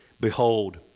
Behold